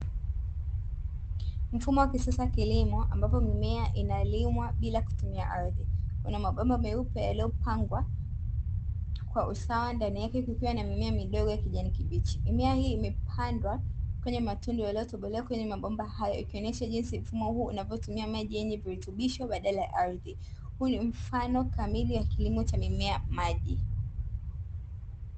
Mfumo wa kisasa wa kilimo ambao mimea inalimwa bila kutumia ardhi, kuna mabomba meupe yaliyopangwa kwa usawa ndani yake kukiwa na mimea midogo ya kijani kibichi. Mimea hii imepandwa kwenye matundu yaliyotobolewa kwenye mabomba hayo ikionesha jinsi mfumo huu unavyotumia maji yenye virutubisho badala ya ardhi, huu ni mfano kamili wa kilimo cha mimea maji.